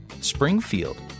Springfield